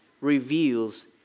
reveals